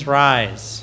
rise